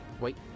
Wait